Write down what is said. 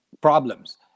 problems